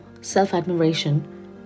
self-admiration